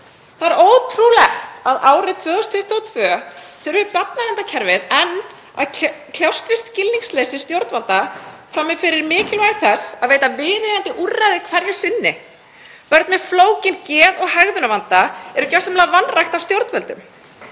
Það er ótrúlegt að árið 2022 þurfi barnaverndarkerfið enn að kljást við skilningsleysi stjórnvalda frammi fyrir mikilvægi þess að veita viðeigandi úrræði hverju sinni. Börn með flókinn geð- og hegðunarvanda eru gjörsamlega vanrækt af stjórnvöldum.